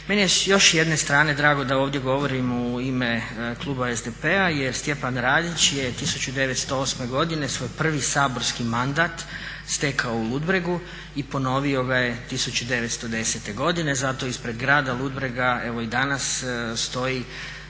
Meni je s još jedne strane drago da ovdje govorim u ime kluba SDP-a jer Stjepan Radić je 1908.godine svoj prvi saborski mandat stekao u Ludbregu i ponovio gaje 1910.godine. zato ispred grada Ludbrega stoji